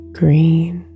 green